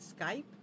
Skype